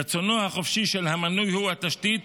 רצונו החופשי של המנוי הוא התשתית